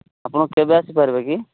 ଆପଣ କେବେ ଆସିପାରିବେ କି